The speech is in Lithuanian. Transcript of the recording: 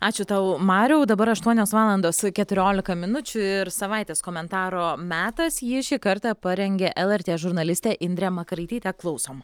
ačiū tau mariau dabar aštuonios valandos keturiolika minučių ir savaitės komentaro metas jį šį kartą parengė el er tė žurnalistė indrė makaraitytė klausom